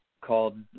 called